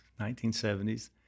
1970s